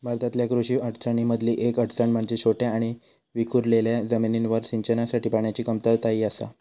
भारतातल्या कृषी अडचणीं मधली येक अडचण म्हणजे छोट्या आणि विखुरलेल्या जमिनींवर सिंचनासाठी पाण्याची कमतरता ही आसा